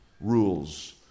rules